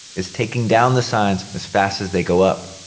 is taking down the signs as fast as they go up.